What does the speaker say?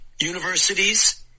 universities